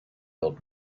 old